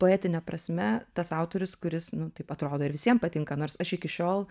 poetine prasme tas autorius kuris nu taip atrodo ir visiem patinka nors aš iki šiol